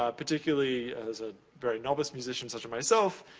ah particularly as a very novice position, such as myself,